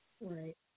Right